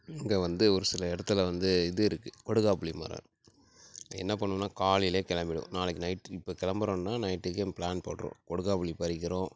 இங்கே வந்து ஒரு சில இடத்துல வந்து இது இருக்கு கொடுக்காப்புளி மரம் என்ன பண்ணுவோன்னா காலையில கிளம்பிடுவோம் நாளைக்கு நைட் இப்போ கிளம்புறோம்னா நைட்டுக்கு ஒரு ப்ளான் போட்டுருவோம் கொடுக்காப்புளி பறிக்கிறோம்